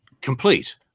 complete